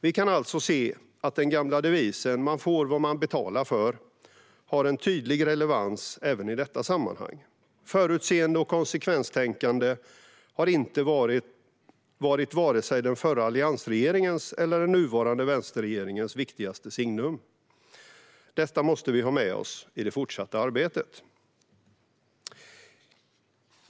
Vi kan alltså se att den gamla devisen att man får vad man betalar för har en tydlig relevans även i detta sammanhang. Förutseende och konsekvenstänkande har inte varit vare sig den förra alliansregeringens eller den nuvarande vänsterregeringens viktigaste signum. Detta måste vi ha med oss i det fortsatta arbetet.